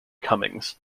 cummings